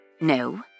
No